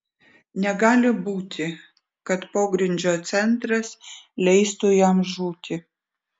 negali būti kad pogrindžio centras leistų jam žūti